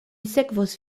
sekvos